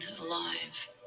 alive